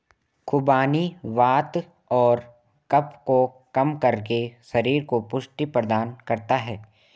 खुबानी वात और कफ को कम करके शरीर को पुष्टि प्रदान करता है